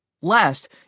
Last